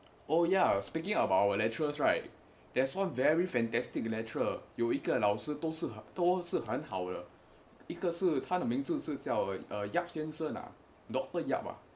oh ya speaking of our lecturers right there's one very fantastic lecturer 有一个老师都是很好的一个是它的名字是叫 yap 先生那 dr yap ah